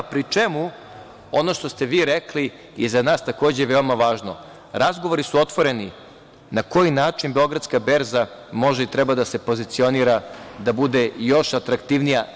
Pri čemu, ono što ste vi rekli je za nas, takođe, veoma važno, razgovori su otvoreni, na koji način Beogradska berza treba da se pozicionira da bude još atraktivnija.